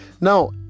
Now